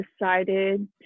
decided